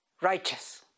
righteous